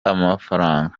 amafaranga